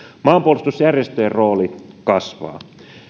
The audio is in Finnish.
maanpuolustusjärjestöjen rooli kasvaa